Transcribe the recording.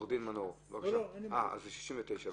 סעיף 69,